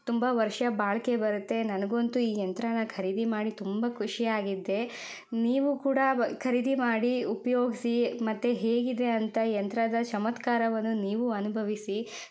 ತುಂಬ ವರ್ಷ ಬಾಳಿಕೆ ಬರತ್ತೆ ನನಗಂತೂ ಈ ಯಂತ್ರಾನ ಖರೀದಿ ಮಾಡಿ ತುಂಬ ಖುಷಿಯಾಗಿದೆ ನೀವು ಕೂಡ ಖರೀದಿ ಮಾಡಿ ಉಪಯೋಗಿಸಿ ಮತ್ತು ಹೇಗಿದೆ ಅಂತ ಯಂತ್ರದ ಚಮತ್ಕಾರವನ್ನು ನೀವೂ ಅನುಭವಿಸಿ